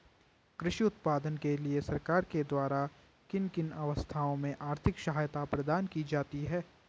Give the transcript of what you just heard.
कृषि उत्पादन के लिए सरकार के द्वारा किन किन अवस्थाओं में आर्थिक सहायता प्रदान की जाती है?